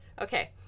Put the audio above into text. Okay